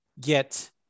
get